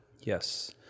Yes